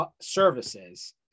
services